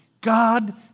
God